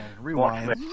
rewind